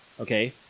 okay